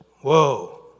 whoa